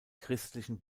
christlichen